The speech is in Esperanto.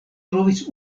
trovis